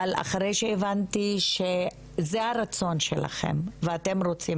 אבל אחרי שהבנתי שזה הרצון שלכם ואתם רוצים